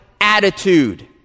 attitude